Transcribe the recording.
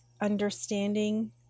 Understanding